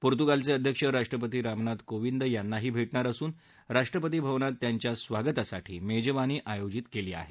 पोर्तुगालचे अध्यक्ष राष्ट्रपती रामनाथ कोविंद यांनाही भेटणार असून राष्ट्रपती भवनात त्यांच्या स्वागतासाठी मेजवानी आयोजित केली आहे